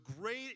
great